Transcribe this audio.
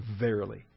verily